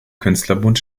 künstlerbund